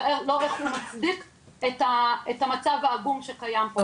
ולא איך הוא מצדיק את המצב העגום שקיים פה.